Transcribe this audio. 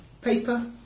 paper